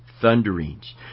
thunderings